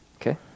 Okay